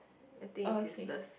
I think is useless